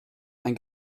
ein